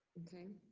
okay.